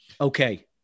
Okay